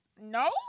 No